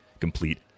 complete